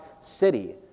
city